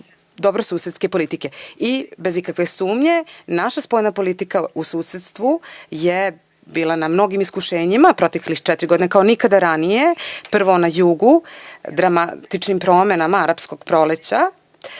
dobrosusedske politike i bez ikakve sumnje, naša spoljna politika u susedstvu je bila na mnogim iskušenjima u proteklih četiri godine, kao nikada ranije, prvo na jugu, dramatičnim promenama „arapskog proleća“